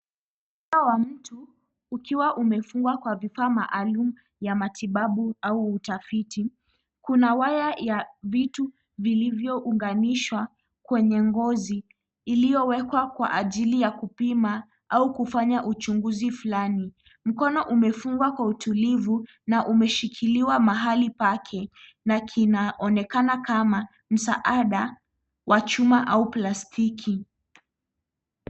Mkono wa mtu ukiwa imefungwa kwa vifaa mahalum matibabu au utafiti kuna waya ya vitu vilivyounganishwa kwenye ngozi iliyowekwa kwa ajili ya kupima au kufanya uchunguzi fulani, mkono imefungwa kwa utulifu na umeshikiliaa pahali na kinaonekana kama mzahada wa chuma au plastiki.